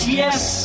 yes